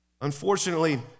Unfortunately